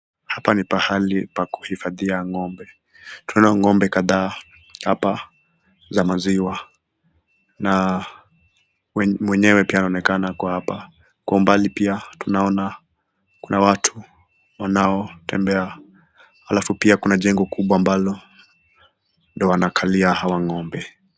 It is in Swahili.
Hapa ni pahali pa kuhifadhia ng'ombe, tunaona ng'ombe kadhaa hapa za maziwa na mwenyewe pia anaonekana yuko hapa, kwa umbali pia tunaona pia kuna watu wanao tembea halafu pia kuna jengo kubwa ambalo ndo wanakalia hawa ng'ombe.